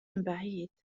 بعيد